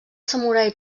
samurai